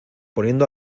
poniendo